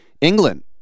England